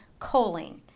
choline